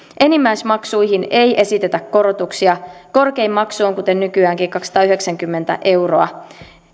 enimmäismaksuihin ei esitetä korotuksia korkein maksu on kuten nykyäänkin kaksisataayhdeksänkymmentä euroa